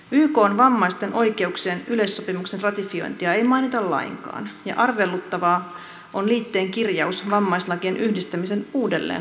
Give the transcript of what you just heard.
ykn vammaisten oikeuksien yleissopimuksen ratifiointia ei mainita lainkaan ja arveluttavaa on liitteen kirjaus vammaislakien yhdistämisen uudelleentarkastelusta